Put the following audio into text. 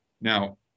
Now